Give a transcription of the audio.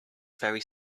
very